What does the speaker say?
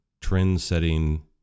trend-setting